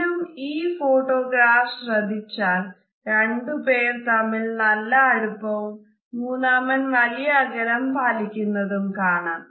വീണ്ടും ഈ ഫോട്ടോഗ്രാഫ് ശ്രദ്ധിച്ചാൽ രണ്ടു പേര് തമ്മിൽ നല്ല അടുപ്പവും മൂന്നാമൻ വല്യ അകലം പാലിക്കുന്നതും കാണാം